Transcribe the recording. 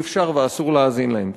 אי-אפשר ואסור להאזין להם.